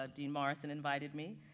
ah dean morrison invited me.